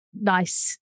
nice